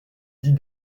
dit